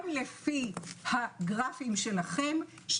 גם לפי הגרפים שלכם,